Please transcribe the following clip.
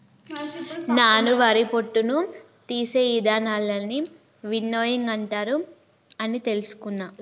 నాను వరి పొట్టును తీసే ఇదానాలన్నీ విన్నోయింగ్ అంటారు అని తెలుసుకున్న